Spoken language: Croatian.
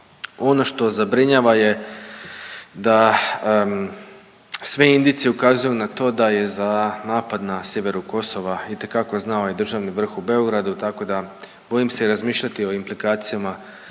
Ono što zabrinjava je da sve indicije ukazuju na to da je za napad na sjeveru Kosova itekako znao i državni vrh u Beogradu, tako da, bojim se i razmišljati o implikacijama